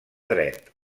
dret